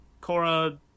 Cora